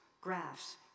graphs